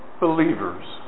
believers